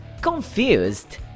Confused